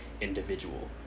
individual